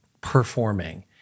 performing